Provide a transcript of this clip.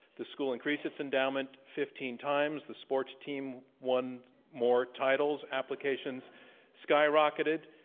the school increased its endowment fifteen times. the sports team won more titles. applications skyrocketed.